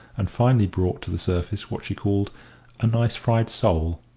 and finally brought to the surface what she called a nice fried sole.